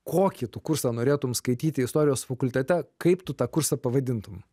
kokį tu kursą norėtum skaityti istorijos fakultete kaip tu tą kursą pavadintum